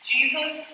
Jesus